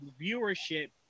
viewership